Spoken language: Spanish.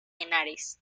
henares